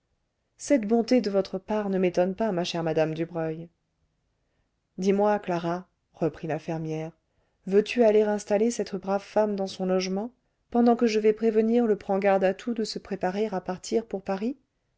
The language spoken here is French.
cette bonté de votre part ne m'étonne pas ma chère madame dubreuil dis-moi clara reprit la fermière veux-tu aller installer cette brave femme dans son logement pendant que je vais prévenir le prend garde à tout de se préparer à partir pour paris